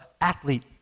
athlete